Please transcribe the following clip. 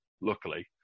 luckily